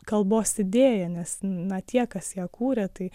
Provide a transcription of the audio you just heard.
kalbos idėja nes na tie kas ją kūrė tai